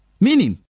meaning